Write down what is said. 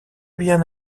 bien